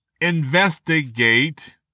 investigate